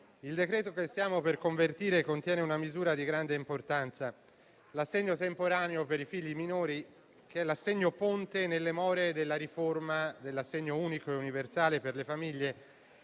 il decreto-legge che stiamo per convertire contiene una misura di grande importanza: l'assegno temporaneo per i figli minori, che è l'assegno ponte nelle more della riforma dell'assegno unico e universale per le famiglie